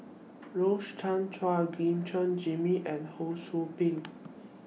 Rose Chan Chua Gim Guan Jimmy and Ho SOU Ping